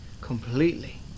completely